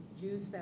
Jews